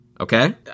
Okay